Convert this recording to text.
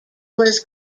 was